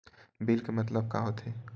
Bill के मतलब का होथे?